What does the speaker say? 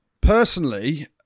personally